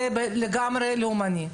זה לגמרי לאומני.